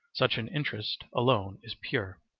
such an interest alone is pure.